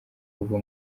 kuva